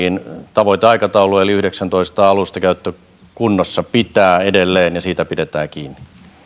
tavoiteaikataulu eli vuoden kaksituhattayhdeksäntoista alusta käyttökunnossa pitää edelleen ja siitä pidetään kiinni